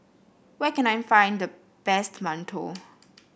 where can I find the best mantou